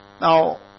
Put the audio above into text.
Now